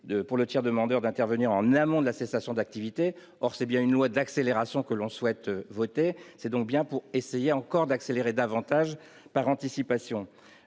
pour le tiers demandeur d'intervenir en amont de la cessation d'activité. Or c'est bien une loi d'accélération que l'on souhaite mettre en place. Il s'agit donc d'accélérer davantage la procédure par anticipation.